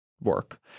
work